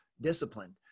disciplined